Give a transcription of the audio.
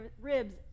ribs